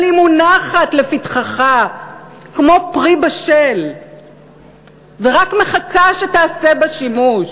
אבל היא מונחת לפתחך כמו פרי בשל ורק מחכה שתעשה בה שימוש.